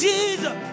Jesus